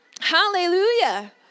Hallelujah